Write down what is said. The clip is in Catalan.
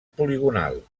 poligonal